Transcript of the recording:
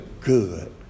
Good